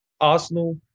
Arsenal